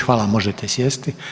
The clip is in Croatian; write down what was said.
Hvala, možete sjesti.